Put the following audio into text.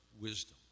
wisdom